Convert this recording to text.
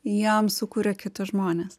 jam sukuria kiti žmonės